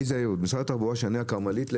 רק למשרד התחבורה --- הכרמלית ולמי זה הייעוד.